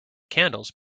candles